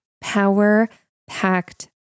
power-packed